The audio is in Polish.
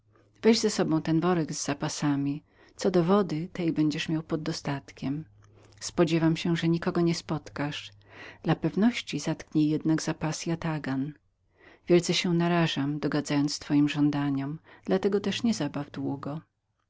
weź z sobą ten worek z zapasami co do wody tej będziesz miał podostatkiem spodziewam się że nikogo nie spotkasz dla pewności zatknij jednak za pas jatagan wielce się narażam dogadzając twoim żądaniom dla tego też nie baw się długo